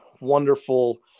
wonderful